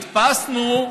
כי הדפסנו,